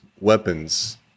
weapons